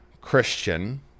Christian